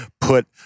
put